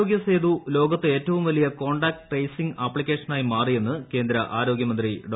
ആരോഗൃ സേതു ലോകത്ത് ഏറ്റവും വലിയ ന് കോൺടാക്റ്റ് ട്രെയ്സിംഗ് ആപ്തിക്കേഷനായി മാറിയെന്ന് കേന്ദ്ര ആരോഗ്യമന്ത്രി ഡോ